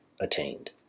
attained